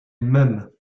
mêmes